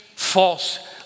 False